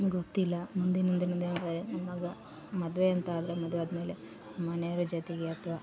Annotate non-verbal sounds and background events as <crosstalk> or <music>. ಗೊತ್ತಿಲ್ಲ ಮುಂದೆ ಮುಂದೆ ಮುಂದೆ <unintelligible> ಮದುವೆ ಅಂತ ಆದರೆ ಮದುವೆ ಆದಮೇಲೆ ಮನೆಯವರ ಜೊತೆಗೆ ಅಥ್ವ